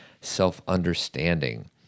self-understanding